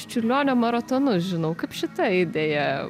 čiurlionio maratonus žinau kaip šita idėja